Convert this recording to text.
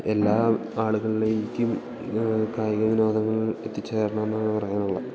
എല്ലാം ആളുകളിലേക്കും കായിക വിനോദങ്ങൾ എത്തിച്ചേരണമെന്നാണു പറയാനുള്ളത്